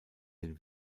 den